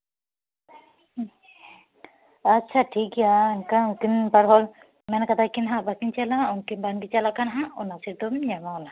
ᱟᱪᱪᱷᱟ ᱴᱷᱤᱠᱜᱮᱭᱟ ᱮᱱᱠᱷᱟᱱ ᱩᱱᱠᱤᱱ ᱵᱟᱨ ᱦᱚᱲ ᱢᱮᱱ ᱠᱟᱫᱟ ᱠᱤᱱ ᱵᱟᱠᱤᱱ ᱪᱟᱞᱟᱜᱼᱟ ᱩᱱᱠᱤᱱ ᱵᱟᱝᱠᱤᱱ ᱪᱟᱞᱟᱜ ᱠᱷᱟᱱ ᱦᱟᱸᱜ ᱚᱱᱟ ᱥᱤᱴ ᱨᱮᱢ ᱧᱟᱢᱟ